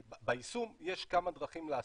כי ביישום יש כמה דרכים לעשות.